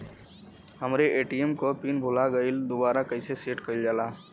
हमरे ए.टी.एम क पिन भूला गईलह दुबारा कईसे सेट कइलजाला?